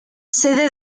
sede